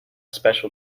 special